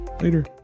Later